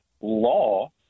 law